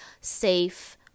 safe